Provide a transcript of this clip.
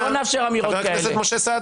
נאפשר אמירות כאלה.